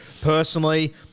Personally